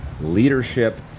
leadership